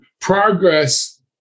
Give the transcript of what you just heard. progress